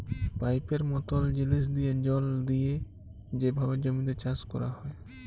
পাইপের মতল জিলিস দিঁয়ে জল দিঁয়ে যেভাবে জমিতে চাষ ক্যরা হ্যয়